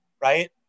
Right